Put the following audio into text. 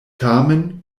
tamen